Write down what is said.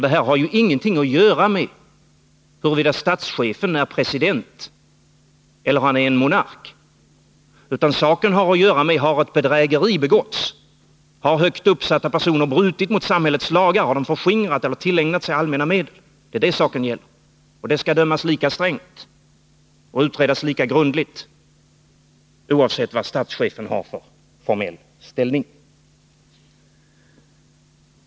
Det här har ju ingenting att göra med huruvida statschefen är president eller monark. Saken gäller om ett bedrägeri har begåtts. Har högt uppsatta personer brutit mot samhällets lagar, har de förskingrat eller tillägnat sig allmänna medel? Det är det som saken gäller. Detta skall dömas lika strängt och utredas lika grundligt oavsett vilken formell ställning statschefen har.